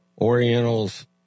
Orientals